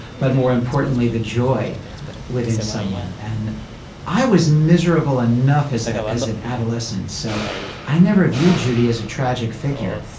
but more importantly, the joy within someone. and i was miserable enough as a as an adolescent. so i never viewed judy as a tragic figure.